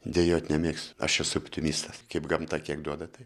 dejuot nemėgstu aš esu optimistas kaip gamta kiek duoda tai